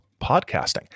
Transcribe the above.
podcasting